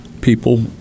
people